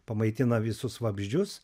pamaitina visus vabzdžius